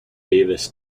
davis